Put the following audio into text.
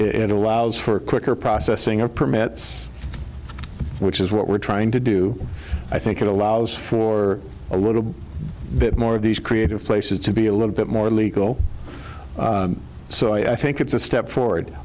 it allows for quicker processing of permits which is what we're trying to do i think it allows for a little bit more of these creative places to be a little bit more legal so i think it's a step forward